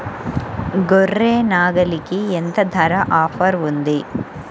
గొర్రె, నాగలికి ఎంత ధర ఆఫర్ ఉంది?